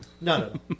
None